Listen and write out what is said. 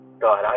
God